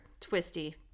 twisty